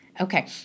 Okay